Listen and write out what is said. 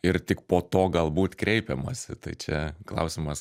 ir tik po to galbūt kreipiamasi tai čia klausimas